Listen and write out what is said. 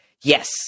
yes